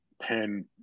pen